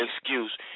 excuse